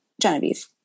Genevieve